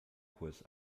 kurs